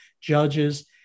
judges